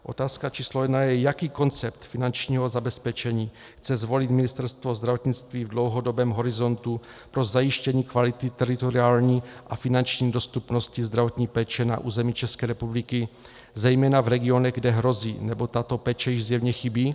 Otázka číslo jedna je, jaký koncept finančního zabezpečení chce zvolit Ministerstvo zdravotnictví v dlouhodobém horizontu pro zajištění kvality teritoriální a finanční dostupnosti zdravotní péče na území České republiky, zejména v regionech, kde hrozí, nebo tato péče již zjevně chybí.